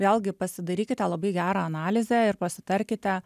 vėlgi pasidarykite labai gerą analizę ir pasitarkite